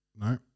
no